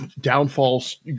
downfalls